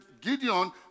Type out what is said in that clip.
Gideon